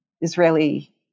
Israeli